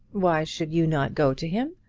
why should you not go to him?